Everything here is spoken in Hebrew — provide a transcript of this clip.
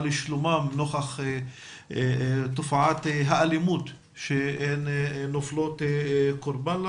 שלומם נוכח תופעת האלימות אליה הם נופלים קורבן.